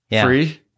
free